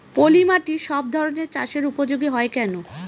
পলিমাটি সব ধরনের চাষের উপযোগী হয় কেন?